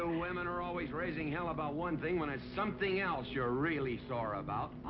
ah women are always raising hell about one thing. when it's something else you're really sore about.